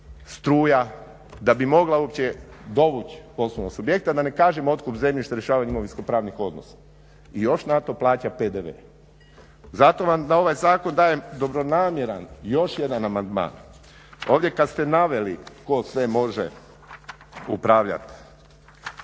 struja da bi mogla uopće dovući poslovne subjekte, da ne kažem otkup i rješavanje imovinskopravnih odnosa i još na to plaća PDV. Zato vam na ovaj zakon dajem dobronamjeran još jedan amandman. Ovdje kada ste naveli tko sve može upravljati